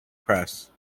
press